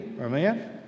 Amen